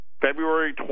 February